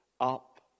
up